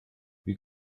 wie